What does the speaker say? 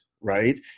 right